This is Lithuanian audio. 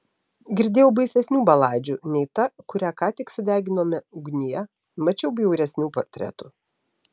girdėjau baisesnių baladžių nei ta kurią ką tik sudeginome ugnyje mačiau bjauresnių portretų